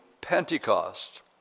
Pentecost